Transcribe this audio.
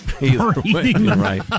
Right